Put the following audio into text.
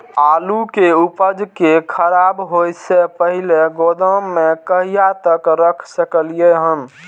आलु के उपज के खराब होय से पहिले गोदाम में कहिया तक रख सकलिये हन?